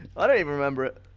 i don't even remember